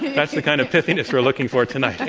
that's the kind of pithiness we're looking for tonight.